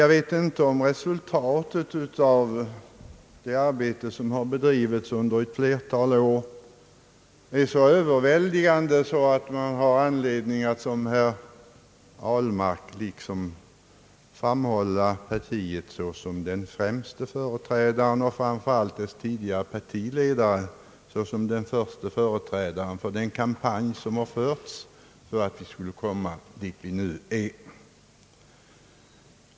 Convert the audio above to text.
Jag vet inte om resultatet av det arbete som har bedrivits under ett flertal år är så överväldigande, att man har anledning att, som herr Ahlmark gjorde, söka framställa ett visst parti såsom den främste företrädaren och framför allt dess tidigare partiledare såsom den förste företrädaren för den kampanj som har förts för att vi skulle komma dit där vi nu befinner oss.